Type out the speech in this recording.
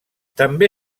també